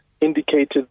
indicated